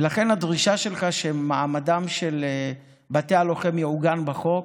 ולכן הדרישה שלך שמעמדם של בתי הלוחם יעוגן בחוק